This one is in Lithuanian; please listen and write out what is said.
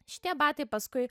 šitie batai paskui